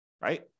right